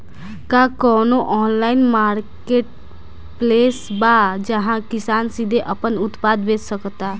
का कोनो online marketplace बा जहां किसान सीधे अपन उत्पाद बेच सकता?